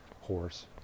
horse